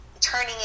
turning